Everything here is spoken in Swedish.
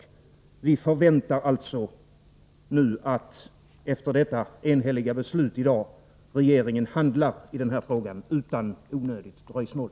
Vi förväntar alltså att regeringen, efter det enhälliga beslut som kommer att fattas här i dag, handlar i den här frågan utan onödigt dröjsmål.